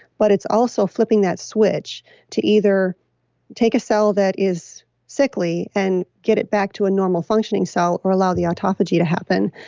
but it's also flipping that switch to either take a cell that is sickly and get it back to a normal functioning cell or allow the autophagy to happen.